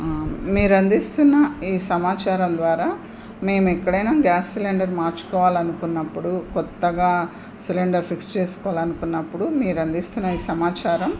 మీరందిస్తున్న ఈ సమాచారం ద్వారా మేము ఎక్కడైనా గ్యాస్ సిలిండర్ మార్చుకోవాలనుకున్నప్పుడు కొత్తగా సిలిండర్ ఫిక్స్ చేసుకోవాలనుకున్నప్పుడు మీరందిస్తున్న ఈ సమాచారం